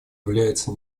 является